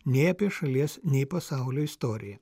nei apie šalies nei pasaulio istoriją